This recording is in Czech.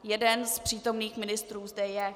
Jeden z přítomných ministrů zde je.